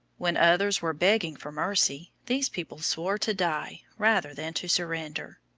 when others were begging for mercy, these people swore to die rather than to surrender.